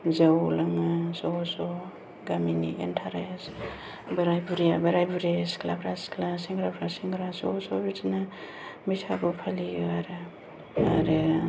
जौ लोङो ज' ज' गामिनि इन्टारेस्ट बोराइ बुरैया बोराइ बुरै सिख्लाफोरा सिख्ला सेंग्राफोरा सेंग्रा ज' ज' बिदिनो बैसागु फालियो आरो आरो